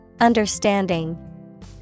Understanding